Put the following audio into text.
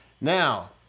Now